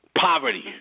poverty